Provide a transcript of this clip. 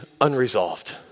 unresolved